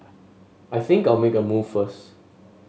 I think I'll make a move first